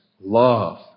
love